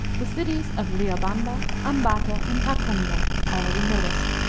the cities of riobamba, ambato, and tacunga, already noticed.